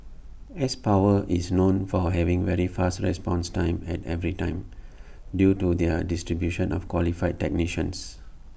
S power is known for having very fast response times at every time due to their distribution of qualified technicians